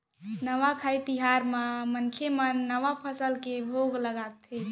नवाखाई तिहार म मनखे मन नवा फसल के भोग लगाथे